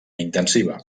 intensiva